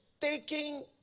taking